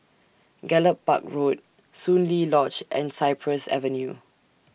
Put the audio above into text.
Gallop Park Road Soon Lee Lodge and Cypress Avenue